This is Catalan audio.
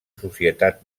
societat